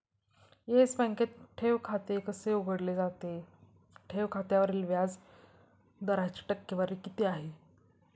Yes बँकेत ठेव खाते कसे उघडले जाते? ठेव खात्यावरील व्याज दराची टक्केवारी किती आहे?